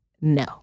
No